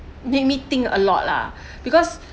make me think a lot lah because